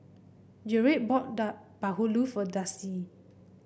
Jarret bought bahulu for Darcie